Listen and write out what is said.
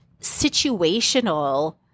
situational